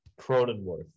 Cronenworth